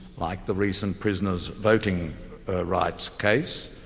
like the recent prisoners' voting rights case,